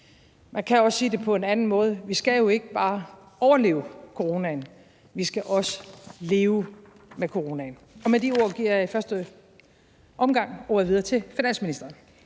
Man kan også sige det på en anden måde: Vi skal jo ikke bare overleve coronaen, vi skal også leve med coronaen. Med de ord giver jeg i første omgang ordet videre til finansministeren.